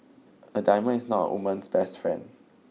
a diamond is not a woman's best friend